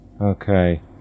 Okay